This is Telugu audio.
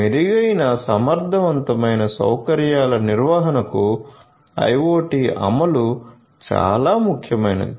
మెరుగైన సమర్థవంతమైన సౌకర్యాల నిర్వహణకు IoT అమలు చాలా ముఖ్యమైనది